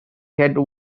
had